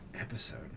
episode